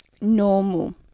normal